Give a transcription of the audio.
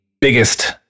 biggest